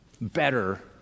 better